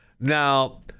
Now